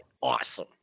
awesome